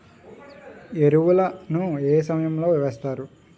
ఎరువుల ను ఏ సమయం లో వేస్తారు?